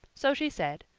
so she said,